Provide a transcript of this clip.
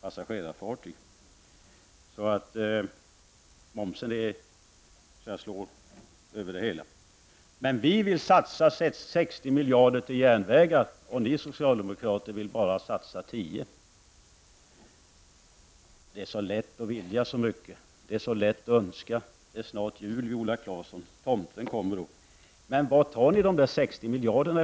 passagerarfartyg. Så moms tas ut på alla transporter. Vi vill satsa 60 miljarder på järnvägar och ni socialdemokrater vill bara satsa 10 miljarder, sade Viola Claesson. Det är lätt att vilja så mycket. Det är så lätt att önska. Det är snart jul, Viola Claesson, och tomten kommer nog! Men varifrån tar ni de 60 miljarderna?